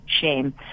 shame